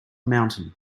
mountain